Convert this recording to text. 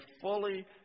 fully